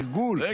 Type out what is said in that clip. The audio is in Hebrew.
תרגול,